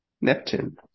Neptune